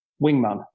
wingman